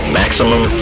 maximum